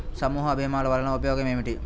సమూహ భీమాల వలన ఉపయోగం ఏమిటీ?